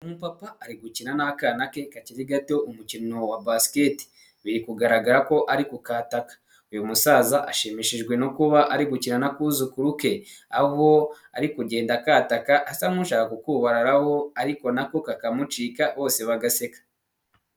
Umupapa ari gukina n'akana ke kakiri gato umukino wa basket biri kugaragara ko ari ku kataka, uyu musaza ashimishijwe no kuba ari gukina n'akuzukuru ke aho ari kugenda akataka asa nk'ushaka ku kubaraho ariko nako kakamucika bose bagaseka.